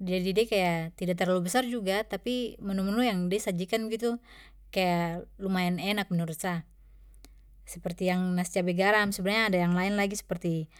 Jadi de kaya tidak terlalu besar juga tapi menu-menu yang de sajikan begitu kaya lumayan enak menurut sa, seperti yang nasi cabe garam. Sebenarnya ada yang lain lagi seperti.